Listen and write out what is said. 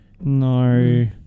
No